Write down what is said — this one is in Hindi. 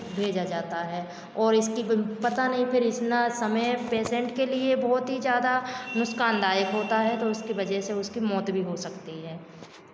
भेजा जाता है और इसकी पता नहीं फिर इतना समय पेसेंट के लिए बहुत ही ज़्यादा नुकसान दायक होता है जैसे उसकी मौत भी हो सकती है